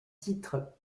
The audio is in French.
titre